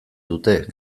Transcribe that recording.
dute